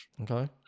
Okay